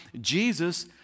Jesus